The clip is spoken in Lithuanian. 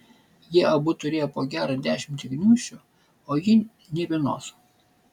jie abu turėjo po gerą dešimtį gniūžčių o ji nė vienos